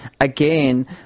again